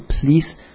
please